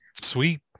sweet